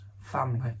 family